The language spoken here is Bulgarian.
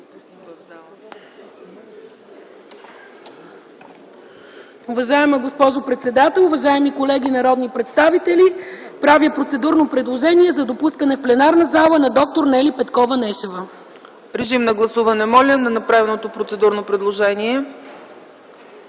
Уважаема госпожо председател, уважаеми колеги народни представители! Правя процедурно предложение за допускане в пленарната зала на д-р Нели Петкова Нешева. ПРЕДСЕДАТЕЛ ЦЕЦКА ЦАЧЕВА: Моля да гласуваме направеното процедурно предложение.